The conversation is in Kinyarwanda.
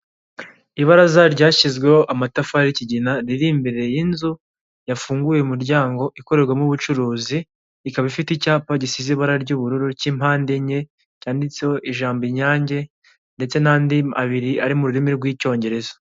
Imodoka ifite ibara ry'umweru iri muri kaburimbo iri kugenda inyuma muri iyo modoka harimo umugabo wambaye ishati y'ubururu, hepfo y'iyo modoka hari inzira y'abanyamaguru ndetse hari abahungu batatu bari kugenda, hepfo y'iyo modoka hari ahantu harunze imifuka y'imihondo, iruhande rwo hirya hari urukuta rwubakishijwe amabuye.